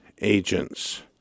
agents